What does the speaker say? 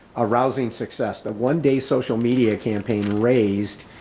arousing success, that one day social media campaign raised,